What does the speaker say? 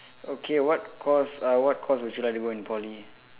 okay what course uh what course would you like to go in Poly